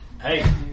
Hey